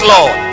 Lord